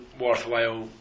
worthwhile